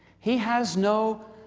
he has no